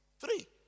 Three